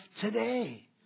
today